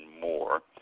more